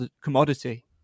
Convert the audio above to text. commodity